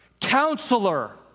Counselor